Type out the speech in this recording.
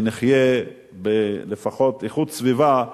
שנחיה לפחות באיכות סביבה,